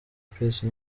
peace